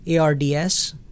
ARDS